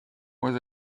was